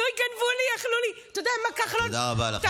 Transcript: נכון, נכון, נכון, אוי, גנבו לי, אכלו לי.